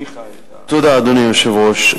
תודה, אדוני היושב-ראש.